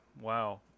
Wow